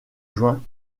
juin